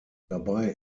dabei